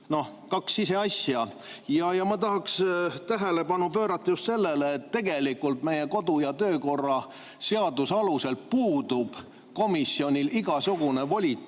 täiesti ise asja. Ma tahaks tähelepanu pöörata just sellele, et tegelikult meie kodu- ja töökorra seaduse alusel puudub komisjonil igasugune volitus